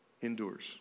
endures